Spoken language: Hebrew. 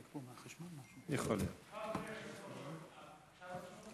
סליחה, אדוני, אפשר לרשום אותי?